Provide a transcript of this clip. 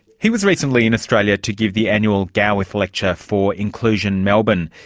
he was recently in australia to give the annual gawith lecture for inclusion melbourne.